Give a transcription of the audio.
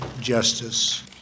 Justice